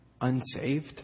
unsaved